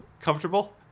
Comfortable